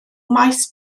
maes